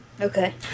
Okay